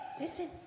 listen